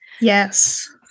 Yes